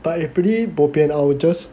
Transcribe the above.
but it's pretty bo pian I will just